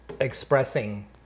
expressing